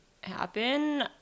happen